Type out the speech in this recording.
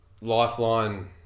lifeline